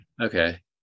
okay